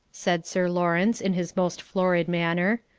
said sir lawrence, in his most florid manner,